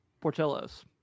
portillo's